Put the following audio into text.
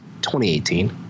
2018